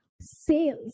sales